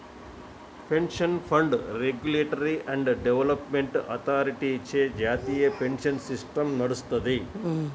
pension fund regulatory and development అథారిటీచే జాతీయ pension system నడుత్తది